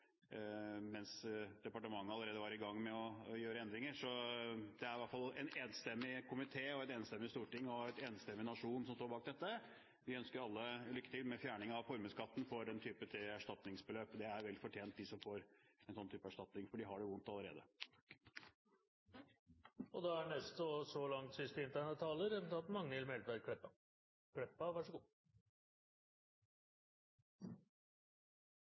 mens departementet allerede var i gang med å gjøre endringer, så det er iallfall en enstemmig komité og et enstemmig storting og en enstemmig nasjon som står bak dette. Vi ønsker alle lykke til med fjerning av formuesskatten for den type erstatningsbeløp. Det er vel fortjent for dem som får en slik type erstatning, for de har det vondt allerede. Når Stortinget i dag gjer vedtak, i samsvar med regjeringa sitt forslag og